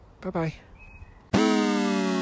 Bye-bye